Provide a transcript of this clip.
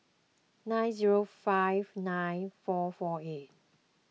seven zero five nine four four eight